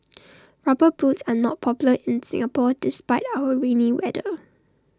rubber boots are not popular in Singapore despite our rainy weather